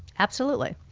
absolutely.